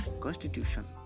Constitution